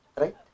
Right